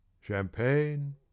champagne